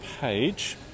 page